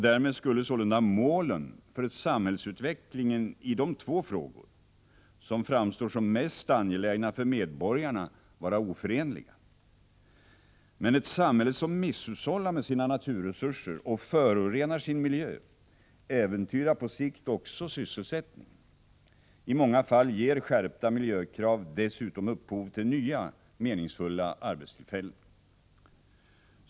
Därmed skulle sålunda målen för samhällsutvecklingen i de två frågor som framstår som mest angelägna för medborgarna vara oförenliga. Men ett samhälle som misshushållar med sina naturresurser och förorenar sin miljö äventyrar på sikt också sysselsättningen. I många fall ger skärpta miljökrav dessutom upphov till nya meningsfulla arbetstillfällen.